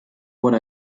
what